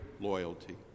loyalty